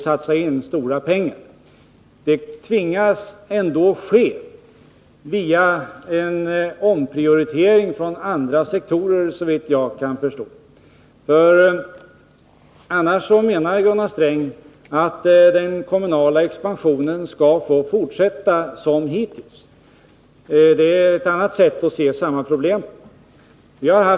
Satsningar på dessa områden måste vi ändå göra via en omprioritering från andra sektorer, såvitt jag kan förstå. Eller menar Gunnar Sträng att den kommunala expansionen skall få fortsätta som hittills? Det är ett annat sätt att se samma problem.